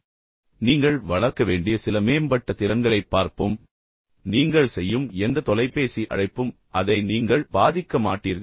ஆனால் இதில் நீங்கள் வளர்க்க வேண்டிய சில மேம்பட்ட திறன்களைப் பார்ப்போம் எனவே நீங்கள் செய்யும் எந்த தொலைபேசி அழைப்பும் நீங்கள் உண்மையில் அதைச் செய்கிறீர்கள் அதை நீங்கள் பாதிக்க மாட்டீர்கள்